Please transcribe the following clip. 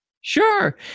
Sure